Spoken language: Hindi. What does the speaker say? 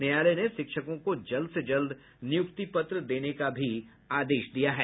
न्यायालय ने शिक्षकों को जल्द से जल्द नियुक्ति पत्र देने का भी आदेश दिया है